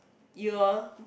you'll